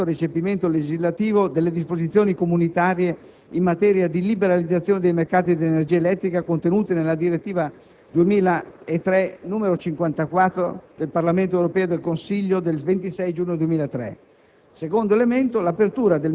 che imputa all'Italia il mancato recepimento legislativo delle disposizioni comunitarie in materia di liberalizzazione dei mercati dell'energia elettrica contenute nella direttiva 2003/54/CE del Parlamento europeo e del Consiglio del 26 giugno 2003;